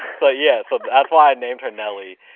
so, yes, so that's why i and named her nelly.